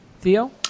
Theo